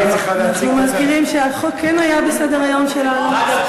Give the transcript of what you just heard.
אנחנו מזכירים שהחוק כן היה בסדר-היום שלנו,